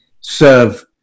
serve